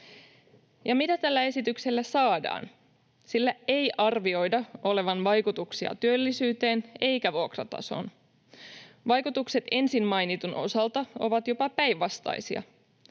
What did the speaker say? mitä tällä esityksellä saadaan? Sillä ei arvioida olevan vaikutuksia työllisyyteen eikä vuokratasoon. Vaikutukset ensin mainitun osalta ovat jopa päinvastaisia.